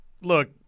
look